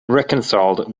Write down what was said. reconciled